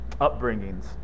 upbringings